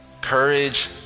courage